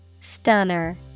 Stunner